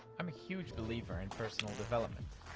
i'm a huge believer in personal development.